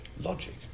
logic